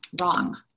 wrong